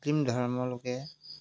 মুছলিম ধৰ্ম লোকে